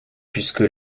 puisque